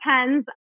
depends